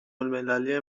الملی